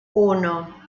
uno